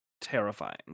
terrifying